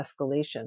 escalation